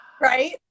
Right